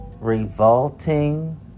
revolting